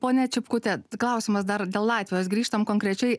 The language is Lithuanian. ponia čipkute klausimas dar dėl latvijos grįžtam konkrečiai